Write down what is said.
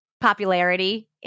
popularity